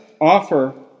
offer